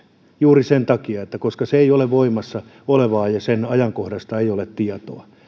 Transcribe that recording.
juuri sen takia koska se ei ole voimassa olevaa ja sen ajankohdasta ei ole tietoa